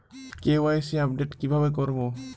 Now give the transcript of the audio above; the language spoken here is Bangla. কে.ওয়াই.সি আপডেট কিভাবে করবো?